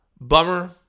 Bummer